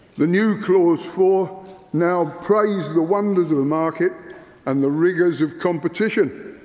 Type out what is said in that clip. the new clause four now praises the wonders of the market and the wig ours of competition.